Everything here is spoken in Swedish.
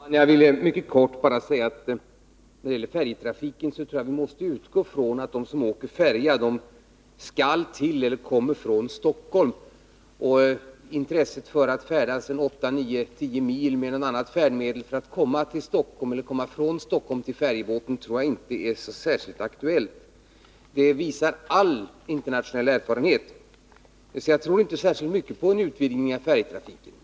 Herr talman! När det gäller färjetrafiken vill jag bara helt kortfattat säga att jag tror att vi måste utgå från att de som åker färja skall till — eller kommer från — Stockholm. Intresset för att färdas åtta, nio eller kanske tio mil med något annat färdmedel för att komma till Stockholm eller för att resa från Stockholm till Kapellskär tror jag inte är stort. Det visar all internationell erfarenhet. Jag tror alltså inte särskilt mycket på en utvidgning av färjetrafiken.